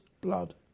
blood